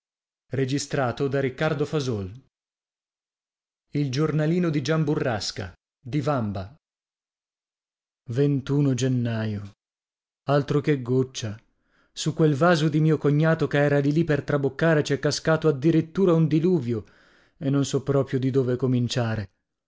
e io a lei e io erano gennaio altro che goccia su quel vaso di mio cognato che era lì lì per traboccare c'è cascato addirittura un diluvio e non so proprio di dove cominciare